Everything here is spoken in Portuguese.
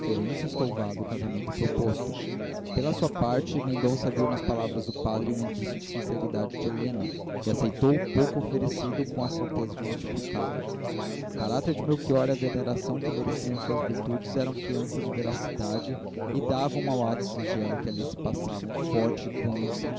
o casamento proposto pela sua parte mendonça viu nas palavras do padre um indício da sinceridade de helena e aceitou o pouco oferecido com a certeza de multiplicá lo o caráter de melchior e a veneração que mereciam suas virtudes eram fianças de veracidade e davam ao ato singelo que ali se passava um forte cunho de